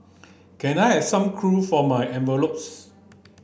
can I have some for my envelopes